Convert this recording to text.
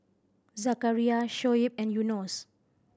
Zakaria Shoaib and Yunos